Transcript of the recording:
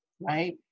right